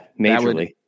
Majorly